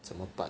怎么办